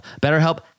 BetterHelp